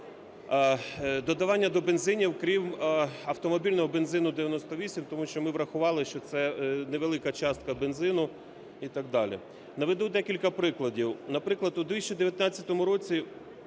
Додавання до бензинів крім автомобільного бензину – 98, тому що ми врахували, що це невелика частка бензину і так далі. Наведу декілька прикладів. Наприклад, у 2019 році